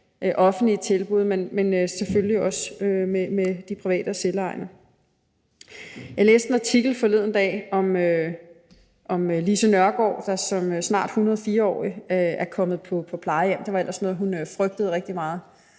offentlige tilbud, men selvfølgelig også med de private og selvejende. Jeg læste forleden dag en artikel om Lise Nørgaard, der som snart 104-årig er kommet på plejehjem – det var ellers noget, hun frygtede rigtig meget.